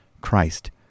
Christ